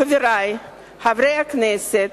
חברי חברי הכנסת,